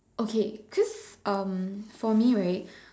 okay cause um for me right